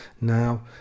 now